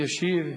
ישיב.